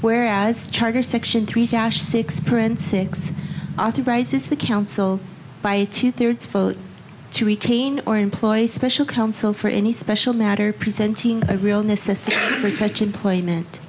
where as charter section three six prince six authorizes the council by a two thirds vote to retain or employ special counsel for any special matter presenting a real necessity for such employment